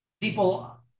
people